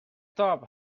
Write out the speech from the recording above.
top